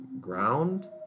ground